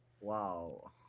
Wow